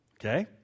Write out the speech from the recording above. okay